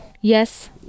yes